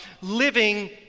living